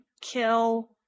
kill